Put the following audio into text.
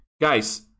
guys